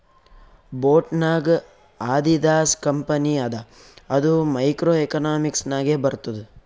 boat ನಾಗ್ Adidas company ಅದ ಅದು ಮೈಕ್ರೋ ಎಕನಾಮಿಕ್ಸ್ ನಾಗೆ ಬರ್ತುದ್